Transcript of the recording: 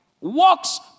walks